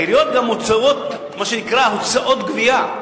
העיריות גובות גם מה שנקרא הוצאות גבייה.